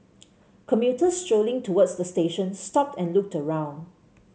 commuters strolling towards the station stopped and looked around